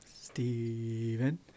Steven